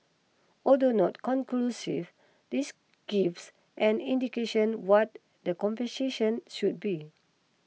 although not conclusive this gives an indication what the compensation should be